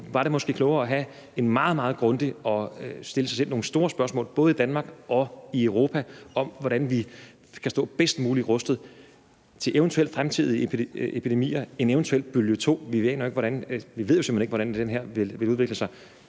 Var det måske klogere at være meget, meget grundig og stille sig selv nogle store spørgsmål, både i Danmark og i Europa, om, hvordan vi kan stå bedst muligt rustet til eventuelle fremtidige epidemier, en eventuel bølge to – vi ved jo simpelt hen ikke, hvordan den her vil udvikle sig